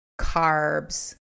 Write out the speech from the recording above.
carbs